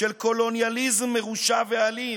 של קולוניאליזם מרושע ואלים.